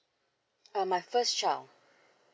uh my first child